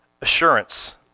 assurance